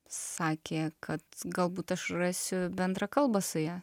sakė kad galbūt aš rasiu bendrą kalbą su ja